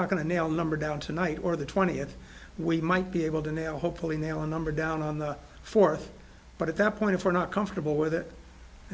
not going to nail number down tonight or the twentieth we might be able to hopefully they will number down on the fourth but at that point if we're not comfortable with it